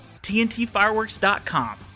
TNTFireworks.com